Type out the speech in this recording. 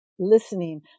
listening